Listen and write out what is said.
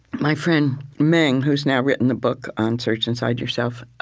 my friend meng, who's now written the book on search inside yourself,